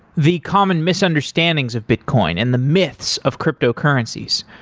the common misunderstandings of bitcoin and the myths of cryptocurrencies,